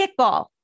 kickball